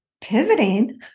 pivoting